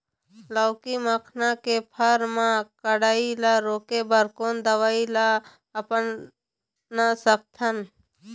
लाउकी मखना के फर मा कढ़ाई ला रोके बर कोन दवई ला अपना सकथन?